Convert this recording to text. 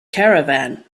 caravan